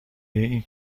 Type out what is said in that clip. این